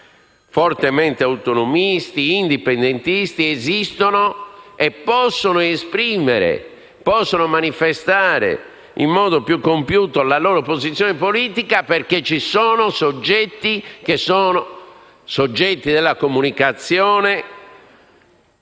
fortemente autonomisti ed indipendentisti esistono e possono esprimere e manifestare in modo più compiuto la loro posizione politica perché ci sono soggetti della comunicazione